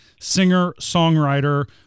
singer-songwriter